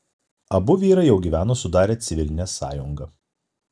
abu vyrai jau gyveno sudarę civilinę sąjungą